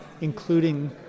including